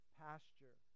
pasture